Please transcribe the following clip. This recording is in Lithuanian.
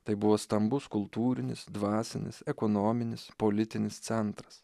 tai buvo stambus kultūrinis dvasinis ekonominis politinis centras